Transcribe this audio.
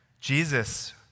Jesus